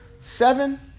seven